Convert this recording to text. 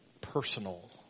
personal